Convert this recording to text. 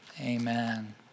amen